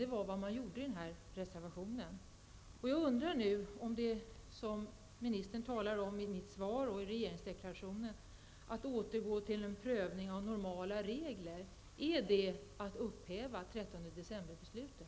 Detta gjorde man i den här reservationen. Jag undrar nu om det som ministern talar om i sitt svar och i regeringsdeklarationen om att återgå till en prövning av normala regler är att upphäva 13-decemberbeslutet.